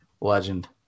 Legend